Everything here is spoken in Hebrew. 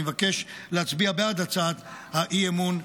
אני מבקש להצביע בעד הצעת האי-אמון,